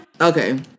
Okay